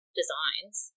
designs